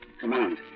command